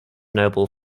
noble